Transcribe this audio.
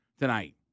tonight